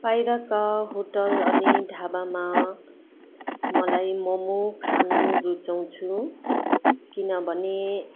बाहिरका होटेल अनि ढाबामा मलाई मोमो खानु रुचाउँछु किनभने